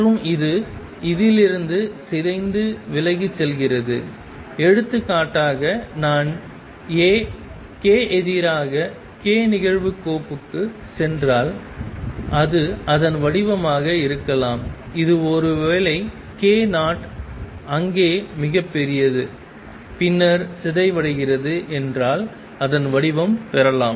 மற்றும் இது இதிலிருந்து சிதைந்து விலகிச் செல்கிறது எடுத்துக்காட்டாக நான் A k எதிராக k நிகழ்வுக்கோப்புக்கு சென்றால் அது அதன் வடிவமாக இருக்கலாம் ஒருவேளை கே நாட் அங்கே மிகப்பெரியது பின்னர் சிதைவடைகிறது என்றால் அதன் வடிவம் பெறலாம்